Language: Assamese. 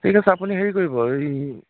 ঠিক আছে আপুনি হেৰি কৰিব এই